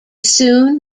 soon